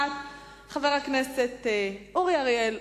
חבר הכנסת אורי אריאל,